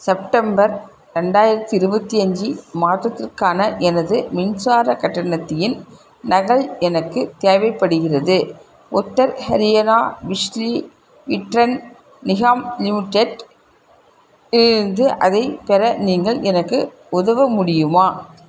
September ரெண்டாயிரத்தி இருபத்தி அஞ்சு மாதத்திற்கான எனது மின்சாரக் கட்டணத்தின் நகல் எனக்கு தேவைப்படுகிறது உத்தர் ஹரியானா பிஜ்லி விட்ரன் நிஹாம் லிமிடெட்லிருந்து அதைப் பெற நீங்கள் எனக்கு உதவ முடியுமா